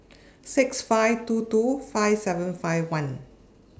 six five two two five seven five one